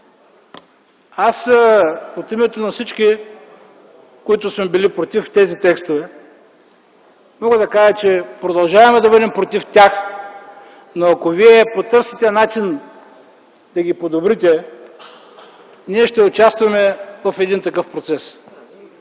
Аз, от името на всички, които сме били против тези текстове, мога да кажа, че продължаваме да бъдем против тях, но ако вие потърсите начин да ги подобрите, ние ще участваме в един такъв процес.